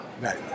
Right